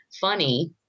funny